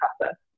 process